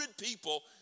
people